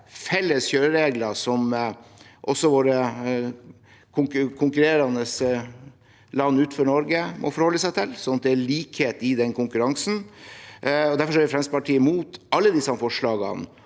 felles kjøreregler som også våre konkurrerende land utenfor Norge må forholde seg til, sånn at det er likhet i den konkurransen. Derfor er Fremskrittspartiet imot alle disse forslagene